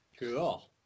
Cool